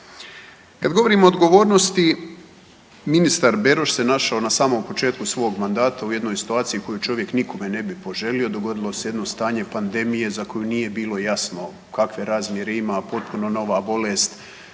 Kad govorimo o odgovornosti, ministar Beroš se našao na samom početku svog mandata u jednoj situaciji koju čovjek nikome ne bi poželio, dogodilo se jedno stanje pandemije za koju nije bilo jasno kakve razmjere ima potpuno nova bolest